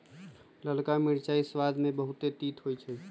ललका मिरचाइ सबाद में बहुते तित होइ छइ